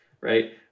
right